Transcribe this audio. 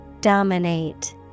Dominate